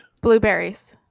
Blueberries